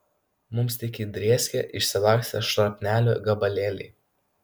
mums tik įdrėskė išsilakstę šrapnelio gabalėliai